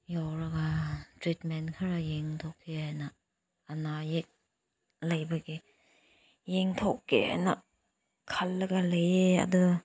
ꯌꯧꯔꯒ ꯇ꯭ꯔꯤꯠꯃꯦꯟ ꯈꯔ ꯌꯦꯡꯊꯣꯛꯀꯦ ꯍꯥꯏꯅ ꯑꯅꯥ ꯑꯌꯦꯛ ꯂꯩꯕꯒꯤ ꯌꯦꯡꯊꯣꯛꯀꯦꯅ ꯈꯜꯂꯒ ꯂꯩꯌꯦ ꯑꯗꯣ